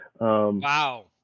Wow